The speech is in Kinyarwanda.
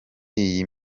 iyi